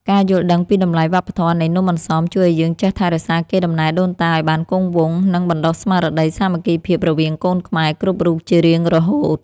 ការយល់ដឹងពីតម្លៃវប្បធម៌នៃនំអន្សមជួយឱ្យយើងចេះថែរក្សាកេរដំណែលដូនតាឱ្យបានគង់វង្ស និង បណ្តុះស្មារតីសាមគ្គីភាពរវាងកូនខ្មែរគ្រប់រូបជារៀងរហូត។